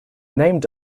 named